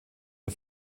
der